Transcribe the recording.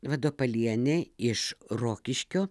vadopalienė iš rokiškio